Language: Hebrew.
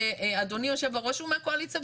אדוני יושב-הראש הוא מהקואליציה,